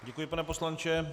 Děkuji, pane poslanče.